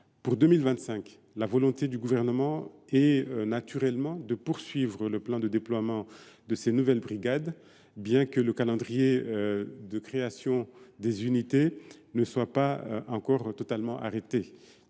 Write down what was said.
Pour 2025, la volonté du Gouvernement est de poursuivre le plan de déploiement de ces nouvelles brigades, bien que le calendrier de création des unités ne soit pas encore totalement arrêté,